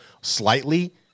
slightly